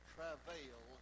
Travail